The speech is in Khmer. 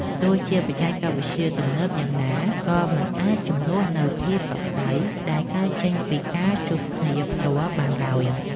ទោះជាបច្ចេកវិទ្យាទំនើបយ៉ាងណា ក៏មិនអាចជំនួសនូវភាពកក់ក្តៅដែលកើតចេញពីការជួបគ្នាផ្ទាល់បានឡើយ។